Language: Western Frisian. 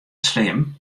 slim